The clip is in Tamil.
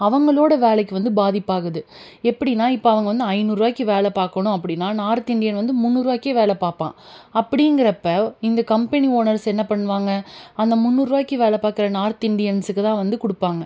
அவங்களோடய வேலைக்கு வந்து பாதிப்பாகுது எப்படின்னா இப்போ அவங்க வந்து ஐநூறுபாய்க்கு வேலை பார்க்கணும் அப்படினா நார்த் இண்டியன் வந்து முந்நூறுரூவாய்க்கே வேலை பார்ப்பான் அப்படிங்கறப்போ இந்த கம்பெனி ஓனர்ஸ் என்ன பண்ணுவாங்க அந்த முந்நூறுவாய்க்கு வேலை பார்க்குற நார்த் இண்டியன்ஸ்க்குத்தான் வந்து கொடுப்பாங்க